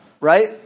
Right